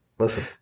Listen